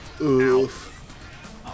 Oof